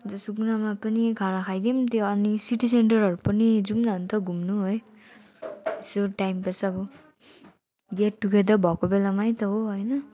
ज सुकनामा पनि खाना खाइदिउँ त्यो अनि सिटी सेन्टरहरू पनि जाउँ न अन्त घुम्नु है यसो टाइम पास अब गेट टुगेदर भएको बेलैमा त हो होइन